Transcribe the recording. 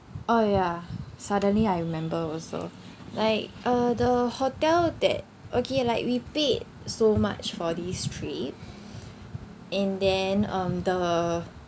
oh ya suddenly I remember also like uh the hotel that okay like we paid so much for this trip and then um the